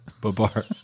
Babar